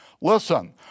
Listen